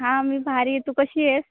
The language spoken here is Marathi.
हां मी भारी आहे तू कशी आहे